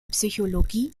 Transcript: psychologie